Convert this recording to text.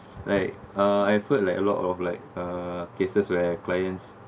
like uh I feel like a lot of like uh cases where clients